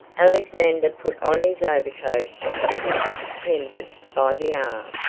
alexander put on his overcoat and took the superintendent by the arm.